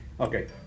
Okay